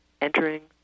entering